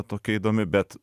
tokia įdomi bet